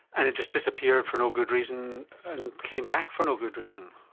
and it just disappeared for no good reason and came back for no good reason?